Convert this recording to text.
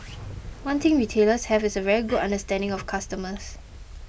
one thing retailers have is a very good understanding of customers